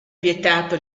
vietato